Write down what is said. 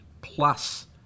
plus